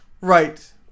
Right